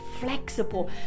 flexible